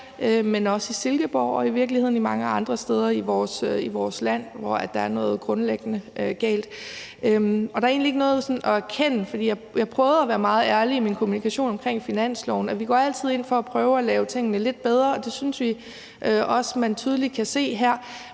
er også i Silkeborg og i virkeligheden mange andre steder i vores land, hvor der er noget grundlæggende galt. Der er egentlig ikke noget at erkende, for jeg prøvede at være meget ærlig i min kommunikation omkring finansloven. Vi går altid ind for at prøve at lave tingene lidt bedre, og det synes vi også man tydeligt kan se her.